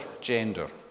gender